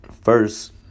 first